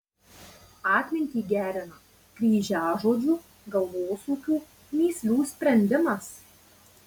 atmintį gerina kryžiažodžių galvosūkių mįslių sprendimas